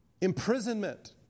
Imprisonment